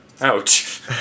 Ouch